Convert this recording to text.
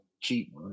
cheap